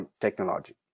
technology